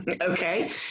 Okay